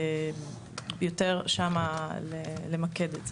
למקד את זה יותר שם, בסדר?